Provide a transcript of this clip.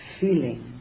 feeling